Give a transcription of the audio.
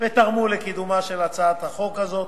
ותרמו לקידומה של הצעת החוק הזאת.